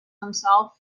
himself